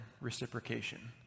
reciprocation